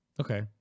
Okay